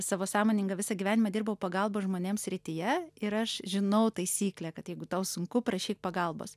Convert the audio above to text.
savo sąmoningą visą gyvenimą dirbau pagalbos žmonėms srityje ir aš žinau taisyklę kad jeigu tau sunku prašyk pagalbos